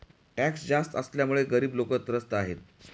tax जास्त असल्यामुळे गरीब लोकं त्रस्त आहेत